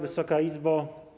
Wysoka Izbo!